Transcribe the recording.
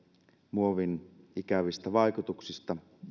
muovin ikävistä vaikutuksista